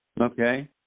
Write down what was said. Okay